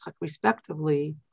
respectively